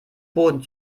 boden